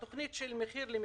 בתוכנית "מחיר למשתכן",